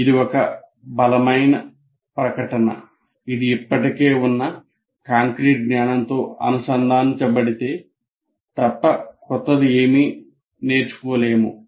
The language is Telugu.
ఇది ఒక బలమైన ప్రకటన ఇది ఇప్పటికే ఉన్న కాంక్రీట్ జ్ఞానంతో అనుసంధానించబడితే తప్ప కొత్తది ఏమీ నేర్చుకోలేము